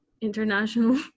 international